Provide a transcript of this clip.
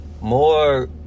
more